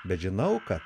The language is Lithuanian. bet žinau kad